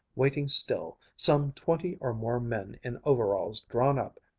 waiting still, some twenty or more men in overalls drawn up,